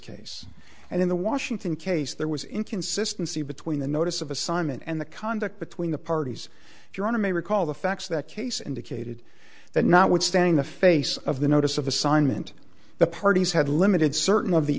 case and in the washington case there was inconsistency between the notice of assignment and the conduct between the parties your honor may recall the facts that case indicated that notwithstanding the face of the notice of assignment the parties had limited certain of the